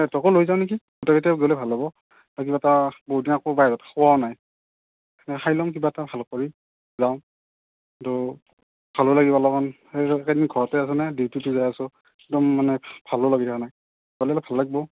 সিহঁতকো লৈ যাওঁ নেকি গোটেইকেইটা গ'লে ভাল হ'ব কিবা এটা বহুত দিন একো বাহিৰত খোৱাও নাই খাই ল'ম কিবা এটা ভাল কৰি যাওঁ ভালো লাগিব অলপমান এইকেইদিন ঘৰতে আছোঁ নহয় ডিউটিত যাই আছোঁ একদম মানে ভালো লাগি থকা নাই যালে অলপ ভাল লাগিব